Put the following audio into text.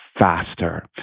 faster